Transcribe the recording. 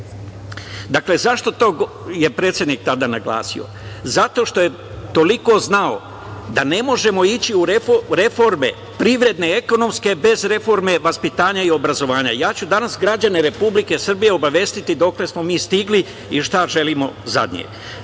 zašto je to predsednik tada naglasio? Zato što je toliko znao da ne možemo ići u reforme privredne, ekonomske bez reforme vaspitanja i obrazovanja. Ja ću danas građane Republike Srbije obavestiti dokle smo mi stigli i šta želimo zadnje.